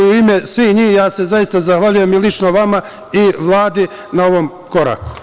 U ime svih njih, ja se zaista zahvaljujem i lično vama i Vladi na ovom koraku.